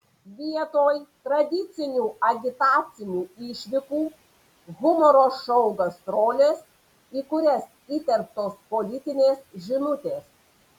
vietoj tradicinių agitacinių išvykų humoro šou gastrolės į kurias įterptos politinės žinutės